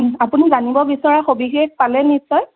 আপুনি জানিব বিচৰা সবিশেষ পালে নিশ্চয়